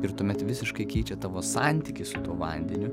ir tuomet visiškai keičia tavo santykį su tuo vandeniu